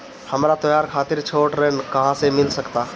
हमरा त्योहार खातिर छोट ऋण कहाँ से मिल सकता?